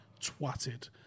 twatted